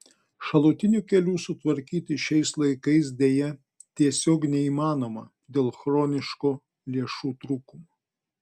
šalutinių kelių sutvarkyti šiais laikais deja tiesiog neįmanoma dėl chroniško lėšų trūkumo